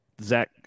Zach